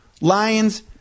Lions